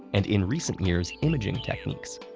and, in recent years, imaging techniques.